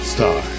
Star